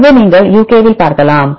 எனவே நீங்கள்uk வில்பார்க்கலாம்